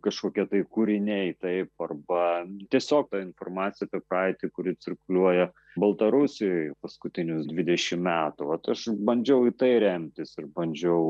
kažkokie tai kūriniai taip arba tiesiog ta informacija apie praeitį kuri cirkuliuoja baltarusijoj paskutinius dvidešimt metų vat aš bandžiau į tai remtis ir bandžiau